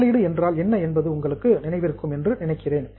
முதலீடு என்றால் என்ன என்பது உங்களுக்கு நினைவிருக்கும் என்று நினைக்கிறேன்